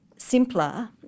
simpler